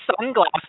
sunglasses